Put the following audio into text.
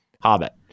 Hobbit